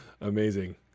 amazing